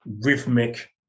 rhythmic